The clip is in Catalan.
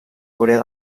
corea